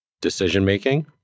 decision-making